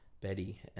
Betty